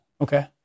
Okay